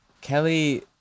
Kelly